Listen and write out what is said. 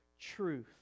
truth